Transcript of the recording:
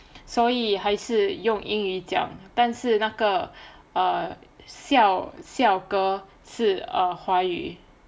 所以还是用英语讲但是那个:suo yi huan shi yong ying yu jiang dann shi na ge err 校校歌是华语